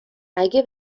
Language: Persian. اگه